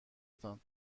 تان